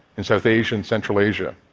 in south asia and central asia.